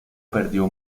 perdió